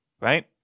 right